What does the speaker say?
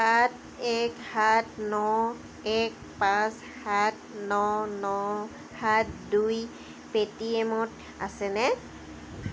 সাত এক সাত ন এক পাঁচ সাত ন ন সাত দুই পে'টিএমত আছেনে